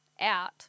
out